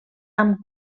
amb